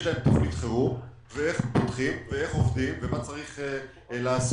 להן תוכנית חירום ואיך פותחים ואיך עובדים ומה צריך לעשות.